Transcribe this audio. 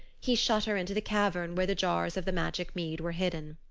he shut her into the cavern where the jars of the magic mead were hidden.